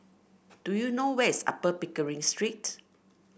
do you know where's Upper Pickering Street